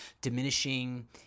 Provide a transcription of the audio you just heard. diminishing